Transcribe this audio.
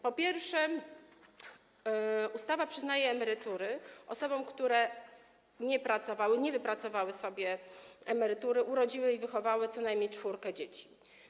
Po pierwsze, ustawa przyznaje emerytury osobom, które nie pracowały, nie wypracowały sobie emerytury, urodziły i wychowały co najmniej czwórkę dzieci.